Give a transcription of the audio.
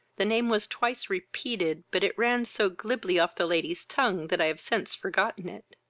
the name was twice repeated, but it ran so glibly off the lady's tongue, that i have since forgotten it.